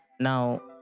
Now